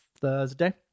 Thursday